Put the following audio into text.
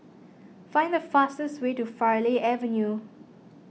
find the fastest way to Farleigh Avenue